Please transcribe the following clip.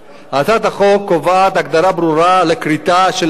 הצעת החוק קובעת הגדרה ברורה לכריתה של עץ,